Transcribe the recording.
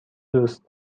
دوست